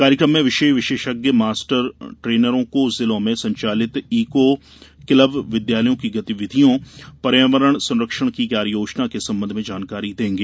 कार्यक्रम में विषय विशेषज्ञ मास्ट ट्रेनरों को जिलों में संचालित ईको क्लब विद्यालय की गतिविधियों पर्यावरण संरक्षण की कार्ययोजओं के संबंध में जानकारी देंगे